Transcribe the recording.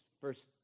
first